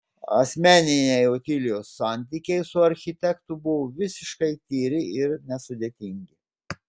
asmeniniai otilijos santykiai su architektu buvo visiškai tyri ir nesudėtingi